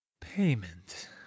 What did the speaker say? Payment